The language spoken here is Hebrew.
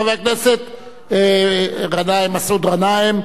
חבר הכנסת מסעוד גנאים,